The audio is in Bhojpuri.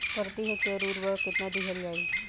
प्रति हेक्टेयर उर्वरक केतना दिहल जाई?